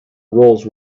roles